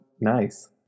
nice